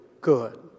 good